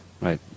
Right